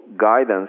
guidance